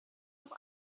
auch